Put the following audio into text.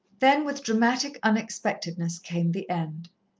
then, with dramatic unexpectedness, came the end.